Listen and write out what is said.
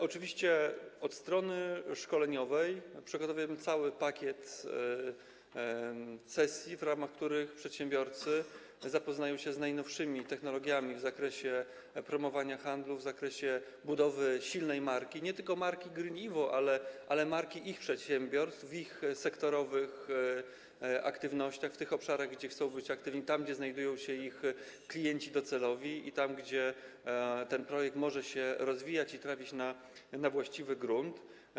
Oczywiście od strony szkoleniowej przygotowujemy cały pakiet cesji, w ramach których przedsiębiorcy zapoznają się z najnowszymi technologiami w zakresie promowania handlu, w zakresie budowy silnej marki, nie tylko marki GreenEvo, ale i marki ich przedsiębiorstw, w obszarach ich sektorowych aktywności, w tych obszarach, gdzie chcą być aktywni, tam gdzie znajdują się ich klienci docelowi i tam gdzie ten projekt może się rozwijać i trafić na właściwy grunt.